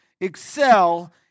excel